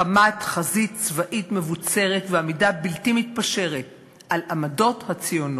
הקמת חזית צבאית מבוצרת ועמידה בלתי מתפשרת על עמדות הציונות.